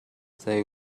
they